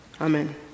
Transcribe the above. Amen